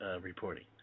reporting